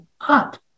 up